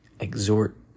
Exhort